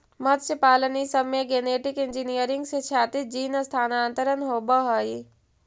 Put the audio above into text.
मत्स्यपालन ई सब में गेनेटिक इन्जीनियरिंग से क्षैतिज जीन स्थानान्तरण होब हई